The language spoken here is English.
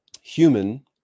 Human